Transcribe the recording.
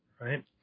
right